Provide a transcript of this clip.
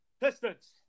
Pistons